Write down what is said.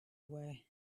away